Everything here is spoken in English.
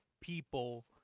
people